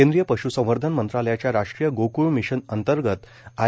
केंद्रीय पश्संवर्धन मंत्रालयाच्या राष्ट्रीय गोक्ळ मिशन अंतर्गत आय